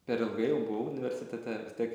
per ilgai jau buvau universitete vis tiek